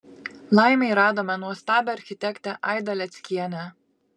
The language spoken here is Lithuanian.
laimei radome nuostabią architektę aidą leckienę